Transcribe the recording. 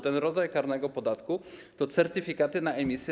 Ten rodzaj karnego podatku to certyfikaty na emisję